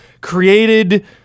created